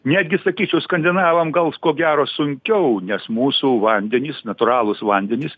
netgi sakyčiau skandinavams gal ko gero sunkiau nes mūsų vandenys natūralūs vandenys